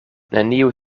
neniu